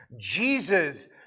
Jesus